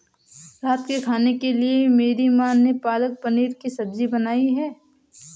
रात के खाने के लिए मेरी मां ने पालक पनीर की सब्जी बनाई है